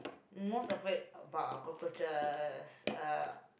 most afraid about cockroaches uh